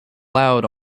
loud